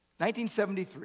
1973